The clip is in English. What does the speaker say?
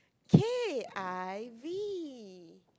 K_I_V